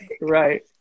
Right